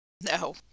No